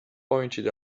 pointed